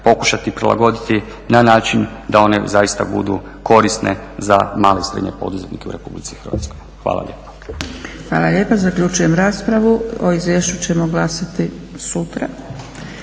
pokušati prilagoditi na način da one zaista budu korisne za male i srednje poduzetnike u Republici Hrvatskoj. Hvala lijepa. **Zgrebec, Dragica (SDP)** Hvala lijepa. Zaključujem raspravu. O izvješću ćemo glasati sutra.